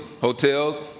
hotels